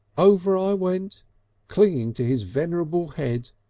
over i went clinging to his venerable head.